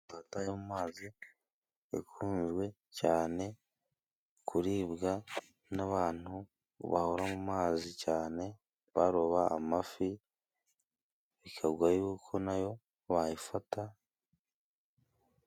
Imbata yo mu mazi ikunzwe cyane kuribwa n'abantu bahora mu mazi cyane baroba amafi, bikavugwa yuko nayo bayifata.